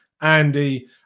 Andy